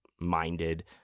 minded